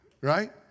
Right